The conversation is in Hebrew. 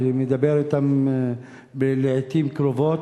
ומדבר אתם לעתים קרובות.